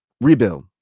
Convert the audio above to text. rebuild